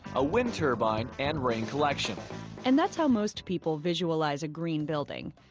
a wind turbine and rain collection and that's how most people visualize a green building.